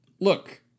look